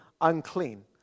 unclean